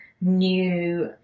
new